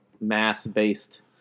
mass-based